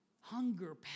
hunger